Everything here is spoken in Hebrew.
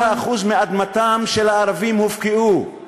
95% מאדמתם של הערבים הופקעו.